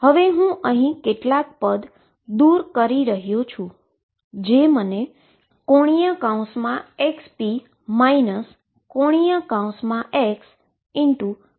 હવે હુ અહી કેટલાક પદ રદ કરી રહ્યો છું જે મને ⟨xp⟩ ⟨x⟩⟨p⟩ બરાબર મળે છે